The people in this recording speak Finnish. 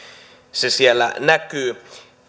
se siellä näkyy